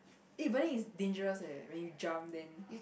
eh when is dangerous eh when you jump in